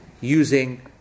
Using